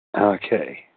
Okay